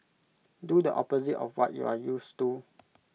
do the opposite of what you are used to